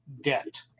debt